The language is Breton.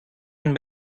unan